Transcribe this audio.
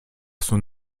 son